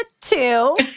two